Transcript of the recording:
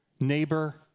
neighbor